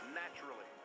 naturally